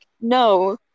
no